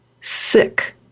sick